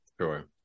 Sure